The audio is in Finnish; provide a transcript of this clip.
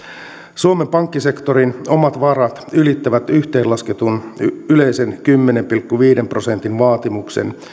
suomen pankkisektorin omat varat ylittävät yhteenlasketun yleisen kymmenen pilkku viiden prosentin vaatimuksen